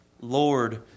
Lord